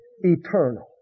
Eternal